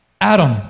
Adam